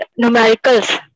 numericals